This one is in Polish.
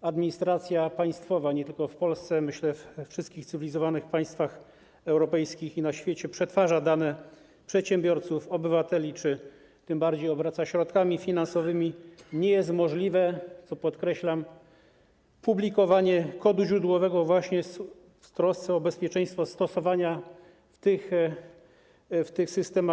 administracja państwowa, nie tylko w Polsce - myślę, że we wszystkich cywilizowanych państwach europejskich i na świecie - przetwarza dane przedsiębiorców, obywateli czy tym bardziej obraca środkami finansowymi, nie jest możliwe, co podkreślam, publikowanie kodu źródłowego właśnie w trosce o pewność zabezpieczeń stosowanych w systemach.